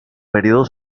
período